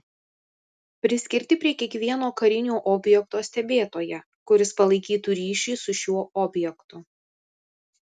priskirti prie kiekvieno karinio objekto stebėtoją kuris palaikytų ryšį su šiuo objektu